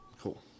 Cool